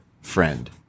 friend